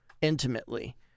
intimately